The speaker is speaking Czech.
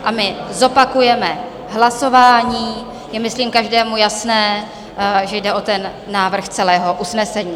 A my zopakujeme hlasování, je myslím každému jasné, že jde o návrh celého usnesení.